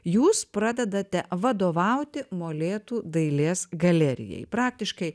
jūs pradedate vadovauti molėtų dailės galerijai praktiškai